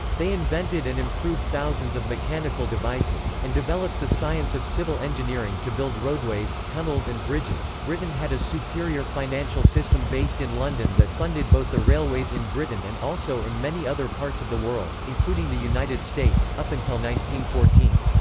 they invented and improved thousands of mechanical devices, and developed the science of civil engineering to build roadways, tunnels and bridges britain had a superior financial system based in london that funded both the railways in britain and also in many other parts of the world, including the united states, up until one thousand